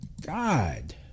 God